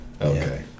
Okay